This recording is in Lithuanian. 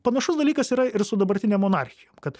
panašus dalykas yra ir su dabartine monarchija kad